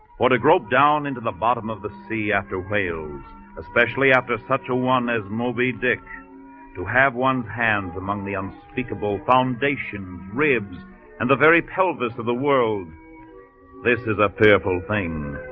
or to grope down into the bottom of the sea after whales especially after such a one as moby dick to have one hand among the unspeakable foundation ribs and the very pelvis of the world this is a fearful thing